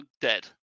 dead